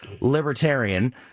libertarian